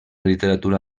literatura